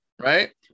right